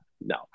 no